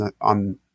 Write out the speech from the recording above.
on